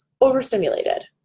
overstimulated